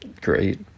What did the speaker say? great